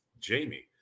Jamie